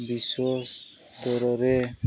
ବିଶ୍ୱସ୍ତରରେ